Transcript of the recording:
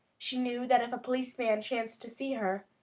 she knew that if a policeman chanced to see her,